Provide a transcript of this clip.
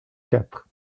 quatre